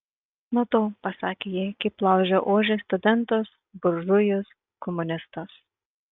matau pasakė ji kaip laužia ožį studentas buržujus komunistas